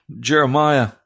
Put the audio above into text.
Jeremiah